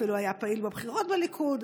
אפילו היה פעיל בבחירות בליכוד,